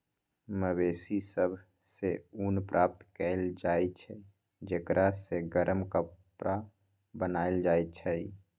मवेशि सभ से ऊन प्राप्त कएल जाइ छइ जेकरा से गरम कपरा बनाएल जाइ छइ